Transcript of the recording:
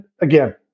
again